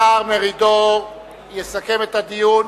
השר מרידור יסכם את הדיון.